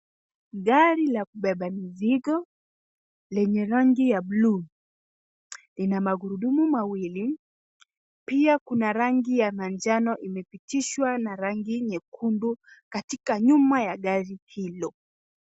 Gari la kubeba mizigo lenye rangi ya bluu ina magurudumu mawili pia kuna rangi ya manjano imepitishwa na rangi nyekundu katika nyuma ya gari hilo.